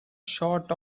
shot